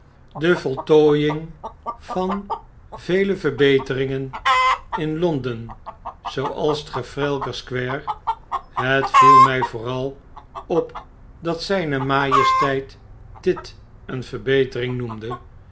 de voltooiing van vele verbeteringen in londen zooals trafalgar square het viel my vooral op dat zjjn majesteit dit een verbetering noemde